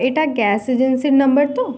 এটা গ্যাস এজেন্সির নাম্বার তো